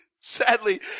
Sadly